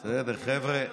חבר'ה,